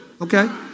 okay